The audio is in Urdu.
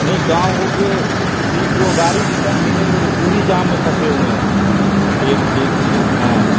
نہیں گاؤں ہو کے ٹھیک وہ گاڑی ریٹرن بھی نہیں ہو رہی پوری جام میں پھنسے ہوئے ہیں ٹھیک ٹھیک ٹھیک ہاں